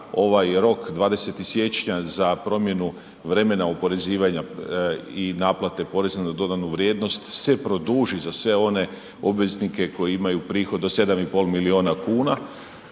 ovaj rok 20. siječnja za promjenu vremena oporezivanja i naplate poreza na dodanu vrijednost se produži za sve one obveznike koji imaju prihod do 7,5 milijuna kuna